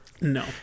No